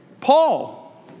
Paul